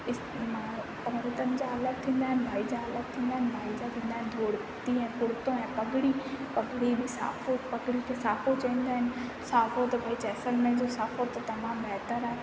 इस्तेमालु औरतुनि जा अलॻि थींदा आहिनि भाईन जा अलॻि थींदा आहिनि भाईनि जा थींदा आहिनि धोती ऐं कुर्तो पॻिड़ी पॻिड़ी बि साफो पॻिड़ी खे साफो चईंदा आहिनि साफो त भई जैसलमेर जो साफो त तमामु बहितर आहे